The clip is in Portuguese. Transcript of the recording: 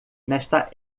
nesta